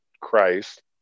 Christ